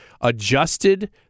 adjusted